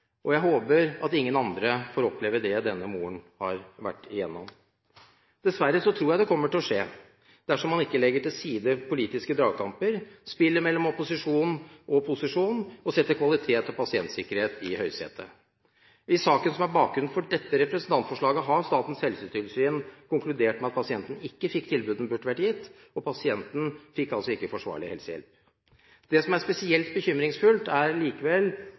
helsetjenesten. Jeg håper at ingen andre får oppleve det denne moren har vært igjennom. Dessverre tror jeg det kommer til å skje dersom man ikke legger til side politiske dragkamper og spillet mellom opposisjon og posisjon og setter kvalitet og pasientsikkerhet i høysetet. I saken som er bakgrunnen for dette representantforslaget, har Statens helsetilsyn konkludert med at pasienten ikke fikk tilbudet hun burde vært gitt. Pasienten fikk altså ikke forsvarlig helsehjelp. Det som er spesielt bekymringsfullt, er likevel